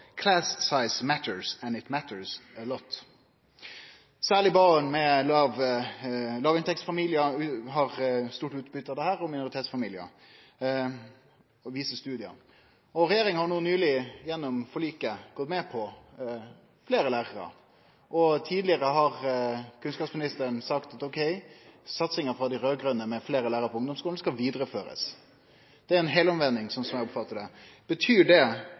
«class size matters, and it matters a lot.» Særleg barn i låginntektsfamiliar og minoritetsfamiliar har stort utbytte av dette, viser studien. Regjeringa har nyleg gjennom forliket gått med på fleire lærarar. Tidlegare har kunnskapsministeren sagt at satsinga frå dei raud-grøne med fleire lærarar på ungdomsskolen skal vidareførast. Det er ei heilomvending, slik eg oppfattar det. Betyr det